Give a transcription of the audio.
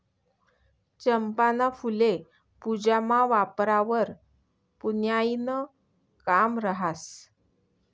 चंपाना फुल्ये पूजामा वापरावंवर पुन्याईनं काम रहास